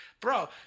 bro